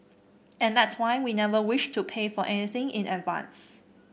and that's why we never wished to pay for anything in advance